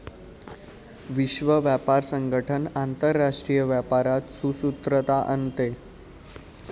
विश्व व्यापार संगठन आंतरराष्ट्रीय व्यापारात सुसूत्रता आणते